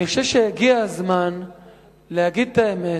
אני חושב שהגיע הזמן להגיד את האמת